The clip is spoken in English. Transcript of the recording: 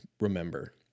remember